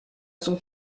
son